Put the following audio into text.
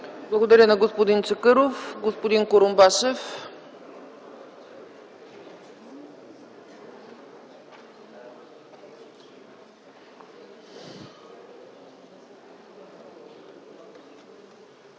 Благодаря на господин Чакъров. Господин Курумбашев...